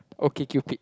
okay cupid